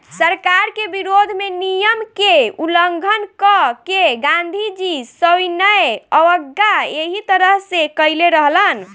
सरकार के विरोध में नियम के उल्लंघन क के गांधीजी सविनय अवज्ञा एही तरह से कईले रहलन